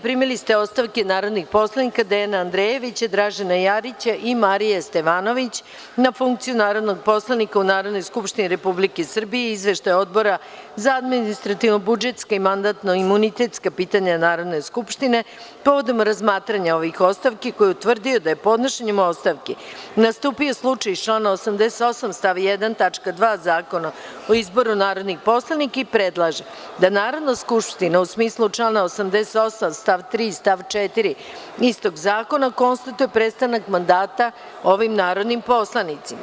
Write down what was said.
Primili ste ostavke narodnih poslanika Dejana Andrejevića, Dražena Jarića i Marije Stevanović na funkciju narodnog poslanika u Narodnoj skupštini Republike Srbije i izveštaje Odbora za administrativno-budžetska i mandatno-imunitetska pitanja Narodne skupštine povodom razmatranja ovih ostavki, koji je utvrdio da je podnošenjem ostavke nastupio slučaj iz člana 88. stav 1. tačka 2. Zakona o izboru narodnih poslanika i predlaže da Narodna skupština, u smislu člana 88. stav 3. i 4. istog zakona, konstatuje prestanak mandata ovim narodnim poslanicima.